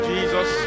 Jesus